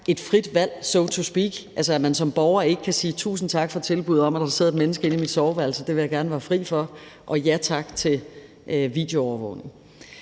et frit valg so to speak, altså at man som borger ikke kan sige tusind tak for tilbuddet om, at der sidder et menneske inde i mit soveværelse, men at det vil jeg gerne være fri for, og ja tak til videoovervågning.